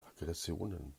aggressionen